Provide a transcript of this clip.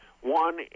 One